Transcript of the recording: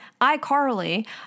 iCarly